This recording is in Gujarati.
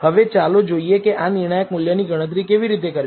હવે ચાલો જોઈએ કે આ નિર્ણાયક મૂલ્યની ગણતરી કેવી રીતે કરવી